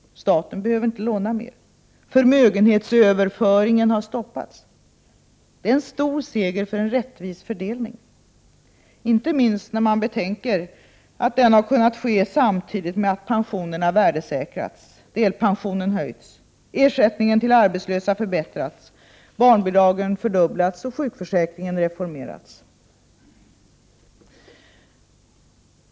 Staten behöver inte låna mer. Förmögenhetsöverföringen har stoppats. Det är en stor seger för en rättvis fördelning — inte minst när man betänker att detta har kunnat ske samtidigt med att pensionerna värdesäkrats, delpensionen höjts, ersättningen till de arbetslösa förbättrats, barnbidragen fördubblats och sjukförsäkringen reformerats.